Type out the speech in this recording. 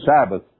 Sabbath